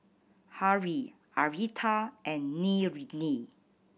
Haley Aretha and Ninnie